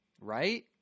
right